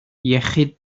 iechyd